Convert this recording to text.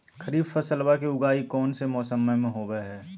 खरीफ फसलवा के उगाई कौन से मौसमा मे होवय है?